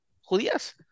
judías